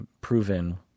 proven